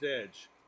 Edge